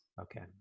okay